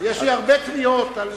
יש לי הרבה פניות.